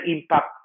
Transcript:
impact